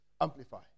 Amplify